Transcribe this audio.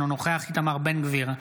אינו נוכח איתמר בן גביר,